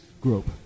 group